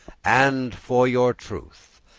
and for your truth,